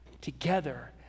together